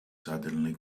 suddenly